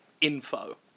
info